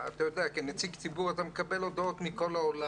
כנציג ציבור אתה מקבל הודעות מכל העולם.